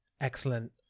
excellent